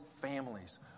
families